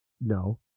No